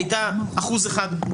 היא הייתה אחוז אחד.